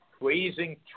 praising